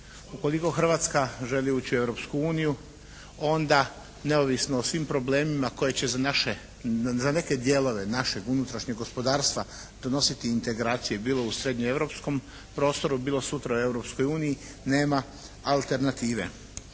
Ukoliko Hrvatska želi ući u Europsku uniju onda neovisno o svim problemima koje će za naše, za neke dijelove našeg unutrašnjeg gospodarstva donositi integracije bilo u srednjeeuropskom prostoru, bilo sutra u Europskoj uniji nema alternative.